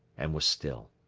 and was still.